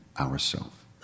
ourself